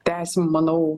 tęsim manau